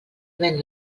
havent